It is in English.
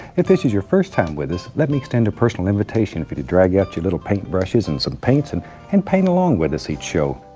if this is your first time with us, let me extend a personal invitation for you to drag out your little paint brushes and some paints and and paint along with us each show.